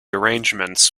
arrangements